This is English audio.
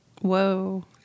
Whoa